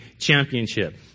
championship